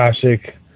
classic